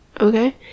okay